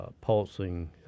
pulsing